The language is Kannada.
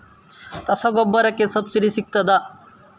ರಸಗೊಬ್ಬರಕ್ಕೆ ಸಬ್ಸಿಡಿ ಸಿಗ್ತದಾ?